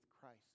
Christ